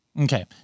Okay